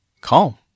calm